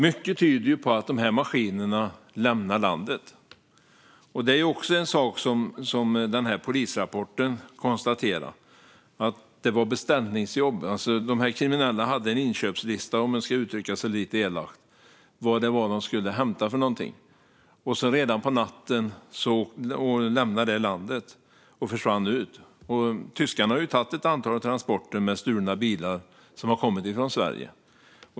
Mycket tyder på att dessa maskiner lämnar landet. Polisrapporten jag nämnde konstaterade att det var beställningsjobb. De kriminella hade en lista på vad de skulle hämta, och sedan lämnade grejerna landet på natten. Tyskarna har tagit ett antal transporter med stulna bilar från Sverige.